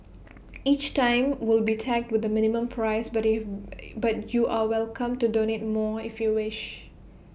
each time will be tagged with A minimum price but IT but you're welcome to donate more if you wish